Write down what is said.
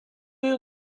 you